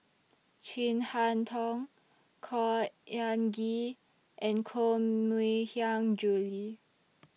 Chin Harn Tong Khor Ean Ghee and Koh Mui Hiang Julie